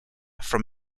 from